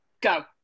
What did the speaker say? go